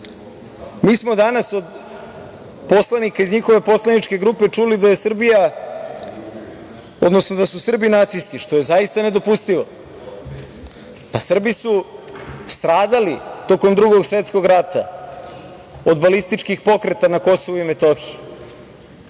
smo danas od poslanika iz njihove poslaničke grupe čuli da je Srbija, odnosno da su Srbi nacisti, što je zaista nedopustivo. Srbi su stradali tokom Drugog svetskog rata od balističkih pokreta na Kosovu i Metohiji.